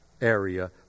area